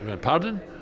pardon